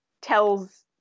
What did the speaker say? tells